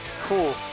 Cool